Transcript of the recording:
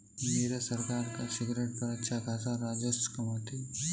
नीरज सरकार सिगरेट पर अच्छा खासा राजस्व कमाती है